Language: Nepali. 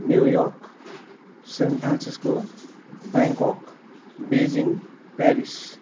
new York San Francisco Bangkok Beijing Paris